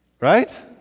Right